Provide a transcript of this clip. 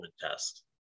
test